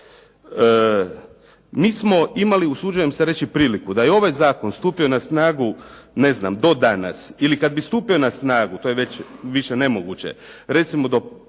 Mi smo imali usuđujem se reći priliku da je ovaj zakon stupio na snagu do danas ili kad bi stupio na snagu, to je već više nemoguće, recimo do